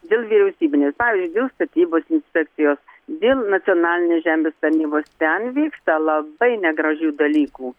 dėl vyriausybinės pavyzdžiui dėl statybos inspekcijos dėl nacionalinės žemės tarnybos ten vyksta labai negražių dalykų